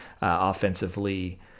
offensively